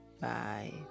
Bye